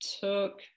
took